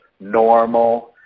normal